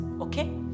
Okay